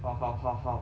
how how how how